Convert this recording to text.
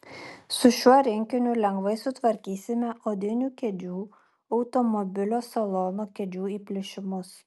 su šiuo rinkiniu lengvai sutvarkysime odinių kėdžių automobilio salono kėdžių įplyšimus